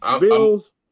Bills